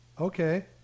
Okay